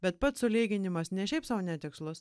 bet pats sulyginimas ne šiaip sau netikslus